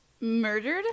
Murdered